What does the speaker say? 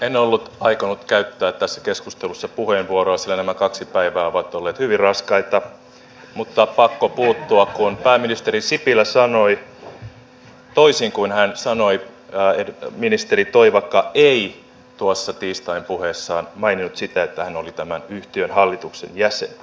en ollut aikonut käyttää tässä keskustelussa puheenvuoroa sillä nämä kaksi päivää ovat olleet hyvin raskaita mutta on pakko puuttua koska toisin kuin pääministeri sipilä sanoi ministeri toivakka ei tuossa tiistain puheessaan maininnut sitä että hän oli tämän yhtiön hallituksen jäsen